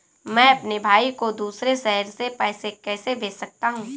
मैं अपने भाई को दूसरे शहर से पैसे कैसे भेज सकता हूँ?